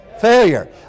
Failure